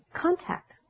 contact